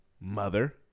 Mother